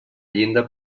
llinda